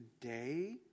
today